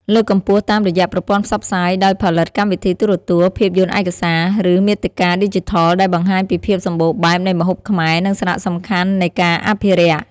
លើកកម្ពស់តាមរយៈប្រព័ន្ធផ្សព្វផ្សាយ ដោយផលិតកម្មវិធីទូរទស្សន៍ ភាពយន្តឯកសារ ឬមាតិកាឌីជីថលដែលបង្ហាញពីភាពសម្បូរបែបនៃម្ហូបខ្មែរ និងសារៈសំខាន់នៃការអភិរក្ស។